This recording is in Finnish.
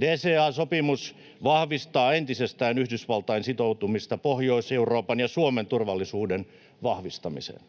DCA-sopimus vahvistaa entisestään Yhdysvaltain sitoutumista Pohjois-Euroopan ja Suomen turvallisuuden vahvistamiseen.